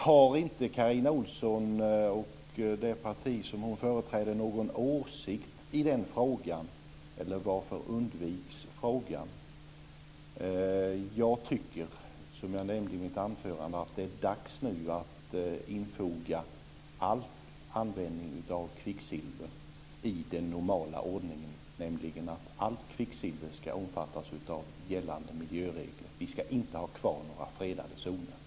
Har inte Carina Ohlsson och det parti som hon företräder någon åsikt i den frågan, eller varför undviks frågan? Jag tycker, som jag nämnde i mitt anförande, att det nu är dags att infoga all användning av kvicksilver i den normala ordningen, nämligen att allt kvicksilver ska omfattas av gällande miljöregler. Vi ska inte ha kvar några fredade zoner.